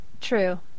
True